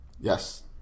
Yes